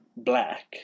Black